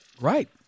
Right